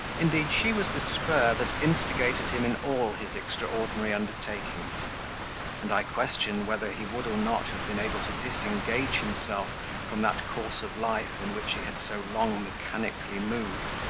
indeed, she was the spur that instigated him in all his extraordinary undertakings and i question, whether he would or not have been able to disengage himself from that course of life in which he had so long mechanically moved,